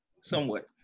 Somewhat